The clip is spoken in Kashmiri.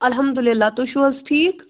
اَلحَمدُاللہ تُہۍ چھِو حظ ٹھیٖک